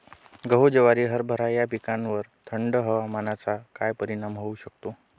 गहू, ज्वारी, हरभरा या पिकांवर थंड हवामानाचा काय परिणाम होऊ शकतो?